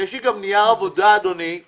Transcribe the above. יש לי גם נייר עבודה של